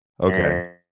Okay